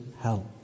help